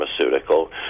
pharmaceutical